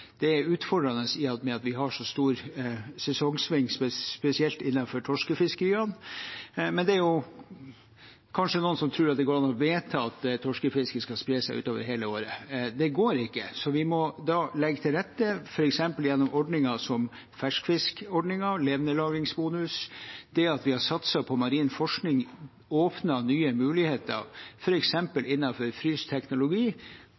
Det er utfordrende i og med at vi har så store sesongsvingninger spesielt innenfor torskefiskeriene. Men det er kanskje noen som tror at det går an å vedta at torskefisket skal spre seg utover hele året. Det går ikke. Vi må da legge til rette, f.eks. gjennom ordninger som ferskfiskordningen og levendelagringsbonus. Det at vi har satset på marin forskning, åpner nye muligheter